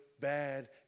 bad